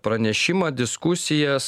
pranešimą diskusijas